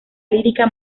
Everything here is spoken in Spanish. lírica